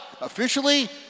officially